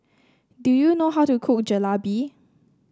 do you know how to cook Jalebi